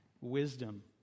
wisdom